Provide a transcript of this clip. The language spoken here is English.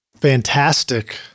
fantastic